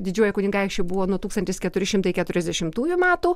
didžiuoju kunigaikščiu buvo nuo tūkstantis keturi šimtai keturiasdešimtųjų metų